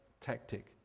tactic